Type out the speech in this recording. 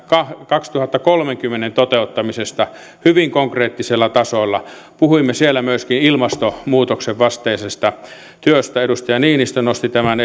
kaksituhattakolmekymmentän toteuttamisesta hyvin konkreettisella tasolla puhuimme siellä myöskin ilmastonmuutoksen vastaisesta työstä edustaja niinistö nosti tämän